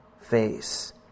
face